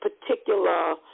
particular